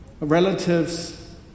relatives